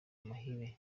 amahire